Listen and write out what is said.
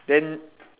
then